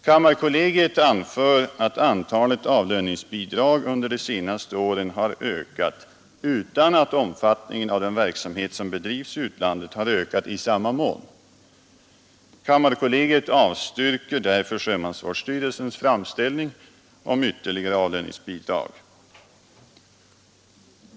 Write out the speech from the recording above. Kammarkollegiet anför att antalet avlöningsbidrag under de senaste åren har ökat utan att omfattningen av den verksamhet som bedrivs i utlandet har ökat i samma mån. Kammarkollegiet avstyrker därför sjömansvårdsstyrelsens framställning om ytterligare avlöningsbidrag.